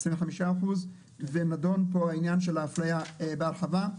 25% ונדון פה העניין של האפליה בהרחבה,